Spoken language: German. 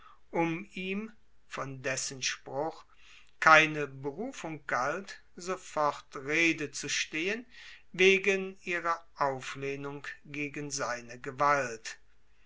um ihm von dessen spruch keine berufung galt sofort rede zu stehen wegen ihrer auflehnung gegen seine gewalt